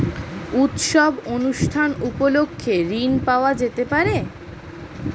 উৎসব অনুষ্ঠান উপলক্ষে ঋণ পাওয়া যেতে পারে?